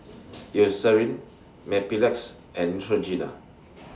Eucerin Mepilex and Neutrogena